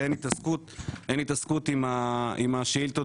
ואין התעסקות עם השאילתות